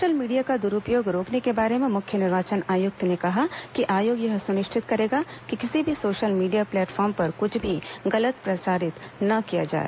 social media का दुरुपयोग रोकने के बारे में मुख्य निर्वाचन आयुक्त ने कहा कि आयोग यह सुनिश्चित करेगा कि किसी भी सोशल मीडिया प्लेटफॉर्म पर कुछ भी गलत प्रचारित न किया जाए